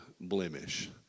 blemish